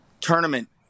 tournament